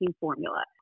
formula